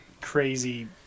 crazy